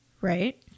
Right